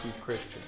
Christian